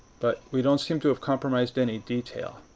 but we don't seem to have compromised any detail.